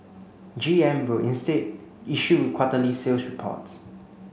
G M will instead issue quarterly sales reports